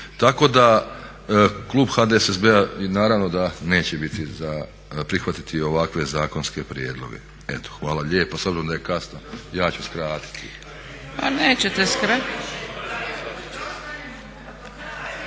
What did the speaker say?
Tako da klub HDSSB-a i naravno da neće biti za, prihvatiti ovakve zakonske prijedloge. Eto, hvala lijepa. S obzirom da je kasno ja ću skratiti. **Zgrebec, Dragica